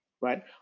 right